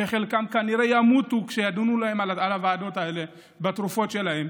שחלקם כנראה ימותו כשידונו בוועדות האלה בתרופות שלהם.